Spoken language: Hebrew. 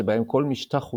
שבהם כל משטח הוא